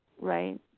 Right